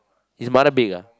his mother big ah